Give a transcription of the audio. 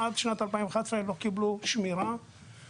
עד שנת 2011 לא קיבלו אבטחה בבתי הספר.